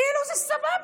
כאילו זה סבבה.